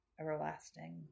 everlasting